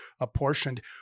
apportioned